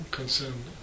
concerned